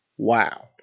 Wow